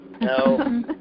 No